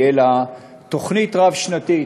תהיה לה תוכנית רב-שנתית.